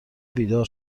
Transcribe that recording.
بیدار